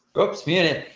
oops muted.